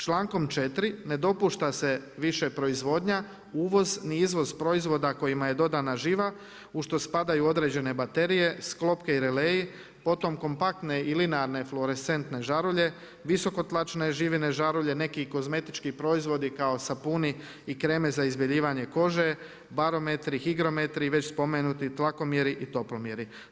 Člankom 4. ne dopušta se više proizvodnja, uvoz ni izvoz proizvoda kojima je dodana živa u što spadaju određene baterije, sklopke i releji, potom kompaktne i linearne fluorescentne žarulje, visoko tlačne živine žarulje, neki kozmetički proizvodi kao sapuni, i kreme za izbjeljivanje kože, barometri, higrometri, već spomenuti tlakomjeri i toplomjeri.